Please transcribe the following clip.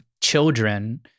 children